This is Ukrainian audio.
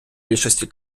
більшості